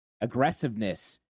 aggressiveness